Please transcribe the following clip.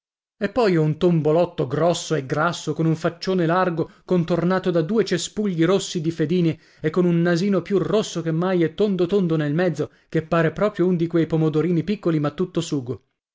e poi è un tombolotto grosso e grasso con un faccione largo contornato da due cespugli rossi di fedine e con un nasino più rosso che mai e tondo tondo nel mezzo che pare proprio un di que pomodorini piccoli ma tutto sugo